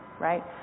right